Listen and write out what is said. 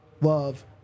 love